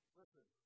listen